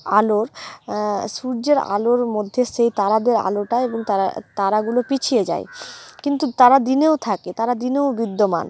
আলোর সূর্যের আলোর মধ্যে সেই তারাদের আলোটা এবং তারা তারাগুলো পিছিয়ে যায় কিন্তু তারা দিনেও থাকে তারা দিনেও বিদ্যমান